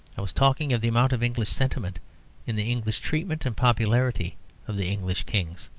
i was talking of the amount of english sentiment in the english treatment and popularity of the english kings.